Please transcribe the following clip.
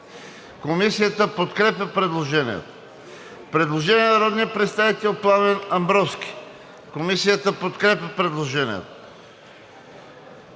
Комисията подкрепя предложението. Предложение на народния представител Пламен Абровски. Комисията подкрепя предложението.